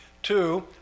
Two